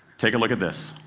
take a look at this.